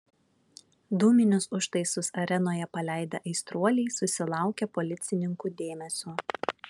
dūminius užtaisus arenoje paleidę aistruoliai susilaukia policininkų dėmesio